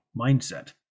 mindset